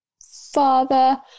father